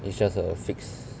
it's just a fixed